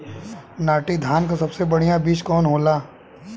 नाटी धान क सबसे बढ़िया बीज कवन होला?